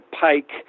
Pike